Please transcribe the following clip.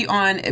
on